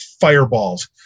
fireballs